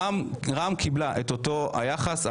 רע"מ קיבלה את אותו היחס.